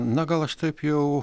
na gal aš taip jau